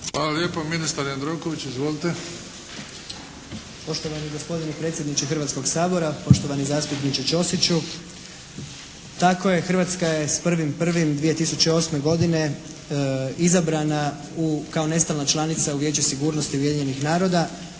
Hvala lijepa. Ministar Jandroković, izvolite. **Jandroković, Gordan (HDZ)** Poštovani gospodine predsjedniče Hrvatskoga sabora, poštovani zastupniče Ćosiću, tako je, Hrvatska je sa 1. 1. 2008. godine izabrana u, kao nestalna članica u Vijeće sigurnosti Ujedinjenih naroda,